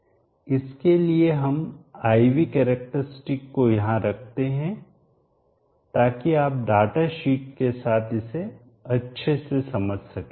इसके लिए हम I V कैरेक्टरस्टिक को यहां रखते हैं ताकि आप डेटाशीट के साथ इसे अच्छे से समझ सके